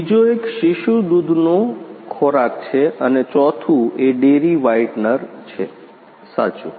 બીજો એક શિશુ દૂધનું ખોરાક છે અને ચોથું એ ડેરી વ્હાઇટનર છે સાચું